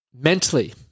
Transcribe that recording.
mentally